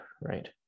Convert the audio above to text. right